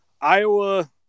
Iowa